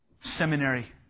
Seminary